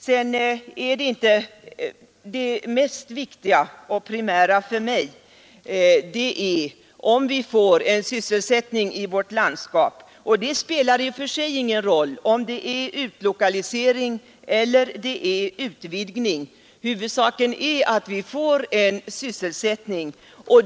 Det viktigaste och det mest primära för mig är att vi får bättre sysselsättning i vårt landskap. Det spelar i och för sig ingen roll om det är utlokalisering eller utvidgning av industri. Huvudsaken är att vi får sysselsättning.